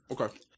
Okay